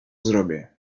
zrobię